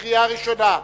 בקריאה ראשונה.